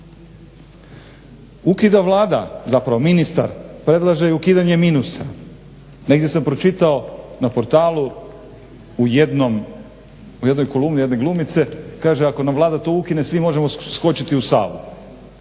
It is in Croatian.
Ukida Vlada zapravo ministar predlaže ukidanje minusa. Negdje sam pročitao na portalu u jednoj kolumni jedne glumice, kaže ako nam Vlada to ukine svi možemo skočiti u Savu.